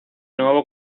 nuevo